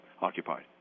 occupied